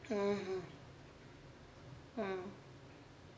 mm mm mm